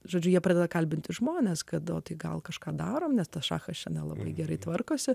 žodžiu jie pradeda kalbinti žmones kad o tai gal kažką darome nes šachas nelabai gerai tvarkosi